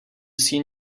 seen